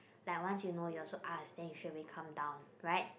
like once you know you also ask then you straight away come down right